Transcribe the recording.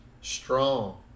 strong